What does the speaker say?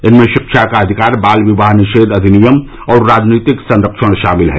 इनमें शिक्षा का अधिकार बाल विवाह निषेध अधिनियम और राजनीतिक संरक्षण शामिल हैं